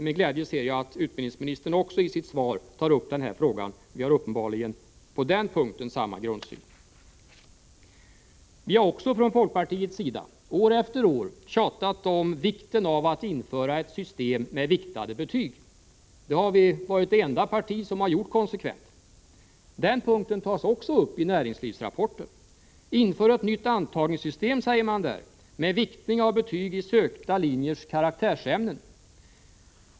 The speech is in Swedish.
Med glädje ser jag att utbildningsministern också i ; ES - Fredagen den sitt svar tar upp den frågan. Vi har uppenbarligen samma grundsyn på den 15 mars 1985 punkten. Från folkpartiets sida har vi också tjatat år efter år om angelägenheten av Om åtgärder för att att införa ett system med riktade betyg. Vi har varit det enda parti som har komrma tillrätta gjort det konsekvent, Den punkten tas också upp i näringsliysrapporten:; med teknikerbris Inför ett nytt antagningssystem, säger man där, med viktning av betyg i sökta nr linjers karaktärsämnen.